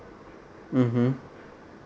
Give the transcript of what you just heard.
mmhmm